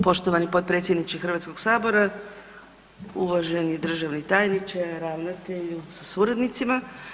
poštovani potpredsjedniče Hrvatskog sabora, uvaženi državni tajniče, ravnatelju sa suradnicima.